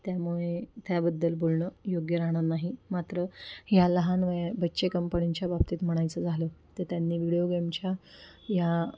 त्यामुळे त्याबद्दल बोलणं योग्य राहणार नाही मात्र ह्या लहान वयात बच्चे कंपनींच्या बाबतीत म्हणायचं झालं तर त्यांनी व्हिडीओ गेमच्या ह्या